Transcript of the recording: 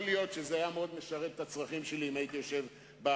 לא מצליח להבין איך מדינת ישראל התנהלה